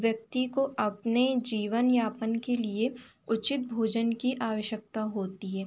व्यक्ती को अपने जीवन यापन के लिए उचित भोजन की आवश्कता होती है